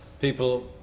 people